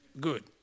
Good